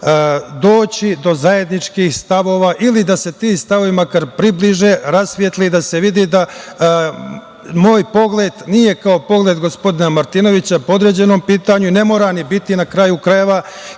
doći do zajedničkih stavova ili da se ti stavovi makar približe, rasvetle da se vidi da moj pogled nije kao pogled gospodina Martinovića po određenom pitanju, ne mora ni biti na kraju krajeva,